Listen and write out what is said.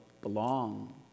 belong